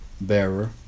bearer